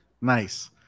nice